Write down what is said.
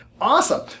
Awesome